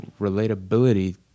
relatability